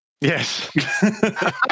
Yes